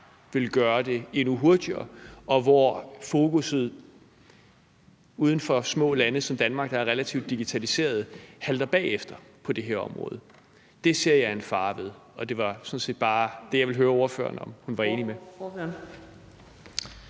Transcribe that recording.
vil gøre det endnu hurtigere. Og fokusset uden for små lande som Danmark, der er relativt digitaliseret, halter bagefter på det her område. Det ser jeg en fare ved, og det var sådan set bare det, jeg ville høre om ordføreren var enig med